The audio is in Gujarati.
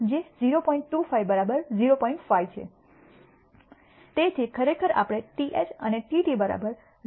તેથી આખરે આપણે આ TH અને TT 0